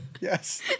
Yes